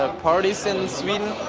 ah parties in sweden?